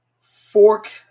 fork